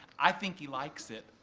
i think he likes it.